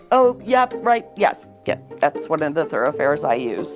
oh, yeah, right. yes, yeah. that's one of the thoroughfares i use